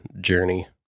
journey